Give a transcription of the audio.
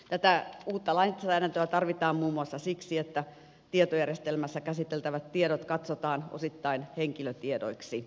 tätä uutta lainsäädäntöä tarvitaan muun muassa siksi että tietojärjestelmässä käsiteltävät tiedot katsotaan osittain henkilötiedoiksi